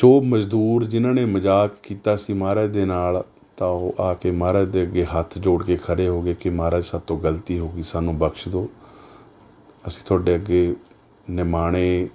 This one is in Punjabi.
ਜੋ ਮਜ਼ਦੂਰ ਜਿਹਨਾਂ ਨੇ ਮਜ਼ਾਕ ਕੀਤਾ ਸੀ ਮਹਾਰਾਜ ਦੇ ਨਾਲ ਤਾਂ ਉਹ ਆ ਕੇ ਮਹਾਰਾਜ ਦੇ ਅੱਗੇ ਹੱਥ ਜੋੜ ਕੇ ਖੜ੍ਹੇ ਹੋ ਗਏ ਕਿ ਮਹਾਰਾਜ ਸਾਤੋਂ ਗਲਤੀ ਹੋ ਗਈ ਸਾਨੂੰ ਬਖਸ਼ ਦਿਉ ਅਸੀਂ ਤੁਹਾਡੇ ਅੱਗੇ ਨਿਮਾਣੇ